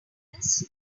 this